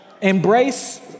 Embrace